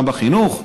גם בחינוך,